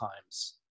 times